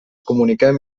comuniquem